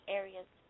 areas